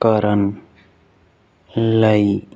ਕਰਨ ਲਈ